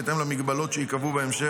בהתאם למגבלות שייקבעו בהמשך.